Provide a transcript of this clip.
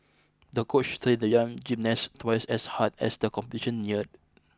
the coach trained the young gymnast twice as hard as the competition neared